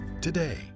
today